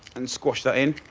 and squash that in.